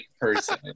person